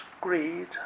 greed